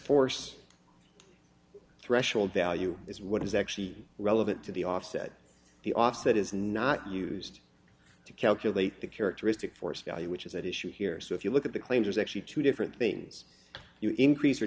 force threshold value is what is actually relevant to the offset the offset is not used to calculate the characteristic force value which is at issue here so if you look at the claim there's actually two different things you increase or